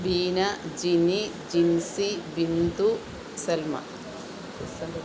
Beena Jini Jincy Bindu Salma